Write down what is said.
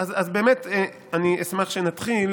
אז באמת אני אשמח שנתחיל,